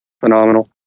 phenomenal